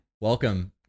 Welcome